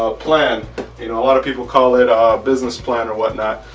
ah plan you know a lot of people call it a business plan or whatnot.